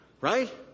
right